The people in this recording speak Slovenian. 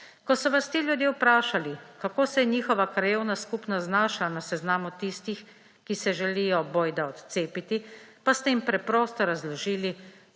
Ko so vas ti ljudje vprašali, kako se je njihova krajevna skupnost znašla na seznamu tistih, ki se želijo bojda odcepiti, pa ste jim preprosto razložili,